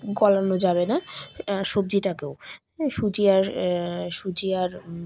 গলানো যাবে না সবজিটাকেও হ সুজিয়ার সুজিার